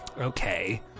Okay